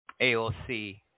AOC